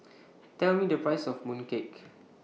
Tell Me The Price of Mooncake